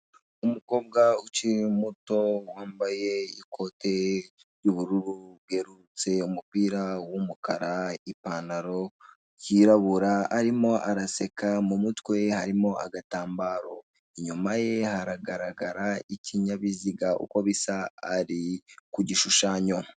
Umukobwa ukiri muto wambaye ikote ry'ubururu bwerurutse umupira w'umukara, ipantalo yirabura arimo araseka mu mutwe harimo agatambaro inyuma ye haragaragara ikinyabiziga uko bisa ari kugishushanyo.